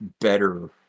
better